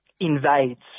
invades